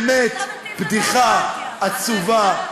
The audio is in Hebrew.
אתם באמת בדיחה עצובה,